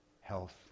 health